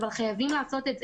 חייבים לעשות את זה.